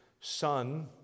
son